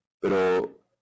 pero